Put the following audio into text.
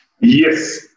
Yes